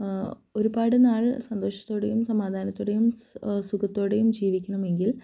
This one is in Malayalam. ഒരുപാട് നാള് സന്തോഷത്തോടെയും സമാധാനത്തോടെയും സുഖത്തോടെയും ജീവിക്കണമെങ്കിൽ